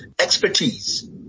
expertise